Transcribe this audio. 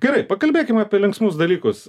gerai pakalbėkim apie linksmus dalykus